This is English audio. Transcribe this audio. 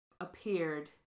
appeared